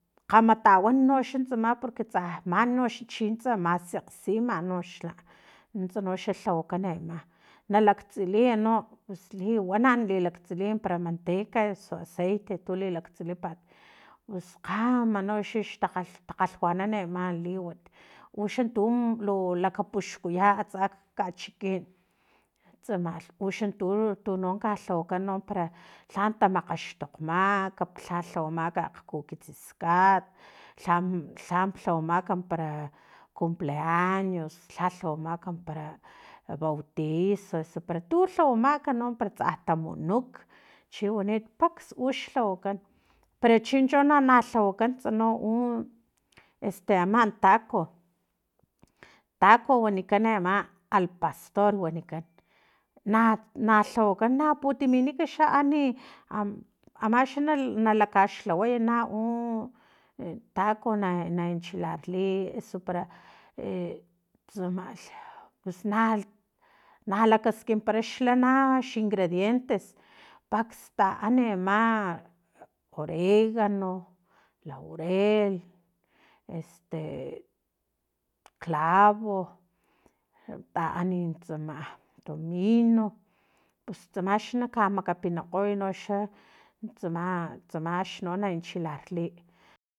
Kgama tawan noxa tsama porque tsaman noxa chintsa masakgsima amanoxla nuntsa no xa lhawakan ama nalaktsiliy no pus liwana na laktsiliy para macteca osu aceite tu lilaktsilipat pus kgama noxa xtakgalhwanan ama liwat uxan tu lu lakapaxkuya atsa kin kachikin tsamalh uxan tu tu tukalhawakan para lhan tamakgaxtokmak lha lhawamak akgkukitsis kat lha lhawamak para cumpleaños lha lhawamak para bautixa usu para tu lhawamak no para tsa tamunuk chiwanit paks u lhawakan pero chincho no na lhawakants u este ama taco taco wanikan ama alpastor wanikan na nalhawakan na putiminik xa an ama xa na nalakaxlhawaya u taco na na enchilarliy osu para tsamalh pus na na lakaskimpara xlana xingredientes pax tana ama oregano laurel clavo taan tsama tomino pus tsam xa naka makapinikgoy noxa tsama tsam axno na enchilarliy